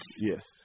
Yes